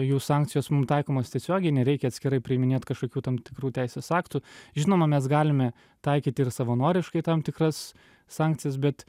jų sankcijos mum taikomos tiesiogiai nereikia atskirai priiminėt kažkokių tam tikrų teisės aktų žinoma mes galime taikyti ir savanoriškai tam tikras sankcijas bet